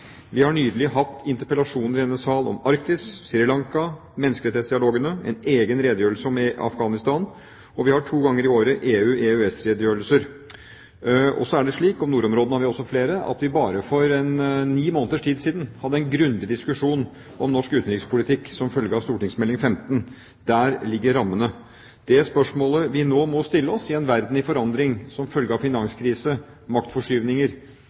Vi har nylig hatt interpellasjoner i denne salen om Arktis, Sri Lanka og menneskerettighetsdialogene. Vi har hatt en egen redegjørelse om Afghanistan, og vi har to ganger i året EU-/EØS-redegjørelser. Om nordområdene har vi også flere redegjørelser. Så er det slik at bare for en ni måneders tid siden hadde vi en grundig diskusjon om norsk utenrikspolitikk som følge av St.meld. 15 for 2008–2009. Der ligger rammene. Det spørsmålet vi nå må stille oss, i en verden i forandring, som følge av finanskrise og maktforskyvninger,